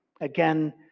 Again